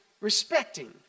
respecting